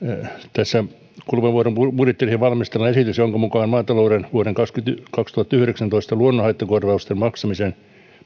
tässä on kuluvan vuoden budjettiriihen valmistelema esitys jonka mukaan maatalouden vuoden kaksituhattayhdeksäntoista luonnonhaittakorvausten maksaminen